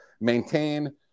maintain